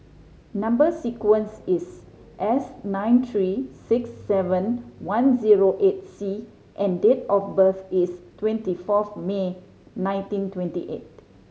number sequence is S nine three six seven one zero eight C and date of birth is twenty fourth May nineteen twenty eight